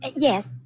Yes